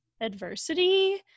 adversity